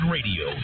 Radio